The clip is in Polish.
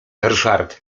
ryszard